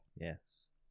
Yes